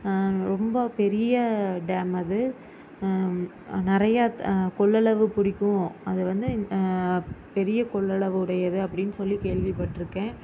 ரொம்ப பெரிய டேம் அது நிறைய கொள்ளளவு பிடிக்கும் அது வந்து பெரிய கொள்ளளவு உடையது அப்படினு சொல்லிக் கேள்விப்பட்டிருக்கேன்